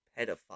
pedophile